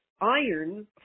iron